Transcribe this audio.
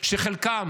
שחלקם